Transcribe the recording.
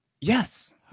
Yes